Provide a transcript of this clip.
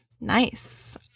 Nice